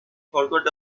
forgot